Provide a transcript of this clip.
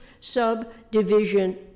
subdivision